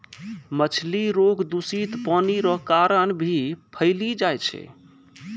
मछली रोग दूषित पानी रो कारण भी फैली जाय छै